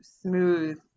smooth